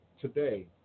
today